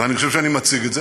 ואני חושב שאני מציג את זה.